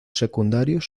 secundarios